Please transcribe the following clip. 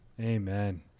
amen